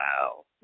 Wow